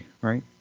right